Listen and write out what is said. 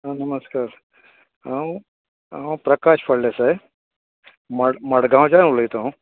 आं नमस्कार हांव हांव प्रकाश फळदेसाय मड मडगांवच्यान उलयतां हांव